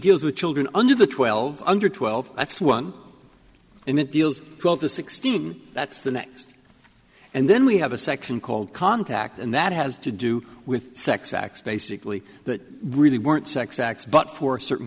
deals with children under the twelve under twelve that's one and it deals well to sixteen that's the next and then we have a section called contact and that has to do with sex acts basically that really weren't sex acts but for a certain